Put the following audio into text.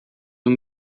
uma